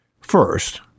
First